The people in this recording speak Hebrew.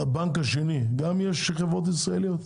גם בבנק השני יש חברות ישראליות?